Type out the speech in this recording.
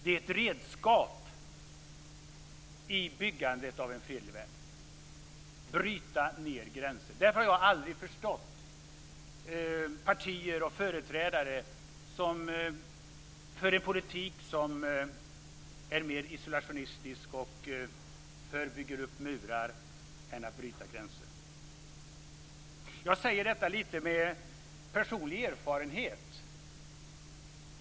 Det är ett redskap i byggandet av en fredlig värld - bryta ned gränser. Därför har jag aldrig förstått partier och företrädare som för en politik som är mer isolationistisk och mer för att bygga upp murar än att bryta ned gränser. Jag säger detta med personlig erfarenhet.